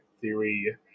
theory